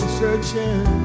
searching